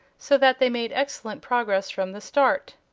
so that they made excellent progress from the start.